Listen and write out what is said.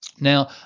Now